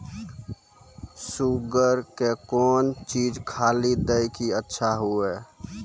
Sugar के कौन चीज खाली दी कि अच्छा हुए?